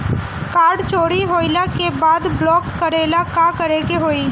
Card चोरी होइला के बाद ब्लॉक करेला का करे के होई?